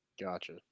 Gotcha